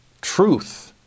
truth